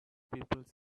people